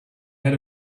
had